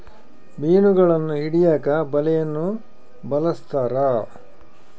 ಮೀನುಗಳನ್ನು ಹಿಡಿಯಕ ಬಲೆಯನ್ನು ಬಲಸ್ಥರ